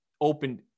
opened